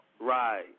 Right